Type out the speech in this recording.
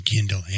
kindle